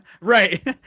right